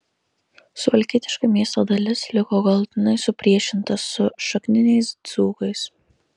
suvalkietiška miesto dalis liko galutinai supriešinta su šakniniais dzūkais